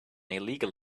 illegal